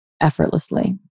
effortlessly